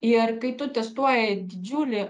ir kai tu testuoji didžiulį